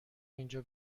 اینجا